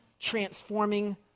transforming